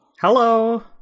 Hello